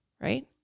right